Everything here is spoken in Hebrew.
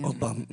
עוד פעם,